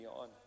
on